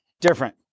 different